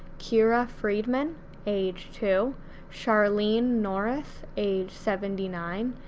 kira friedman age two charlene norris age seventy nine,